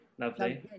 lovely